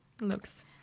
Looks